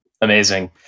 Amazing